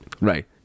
Right